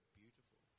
beautiful